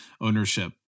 ownership